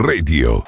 Radio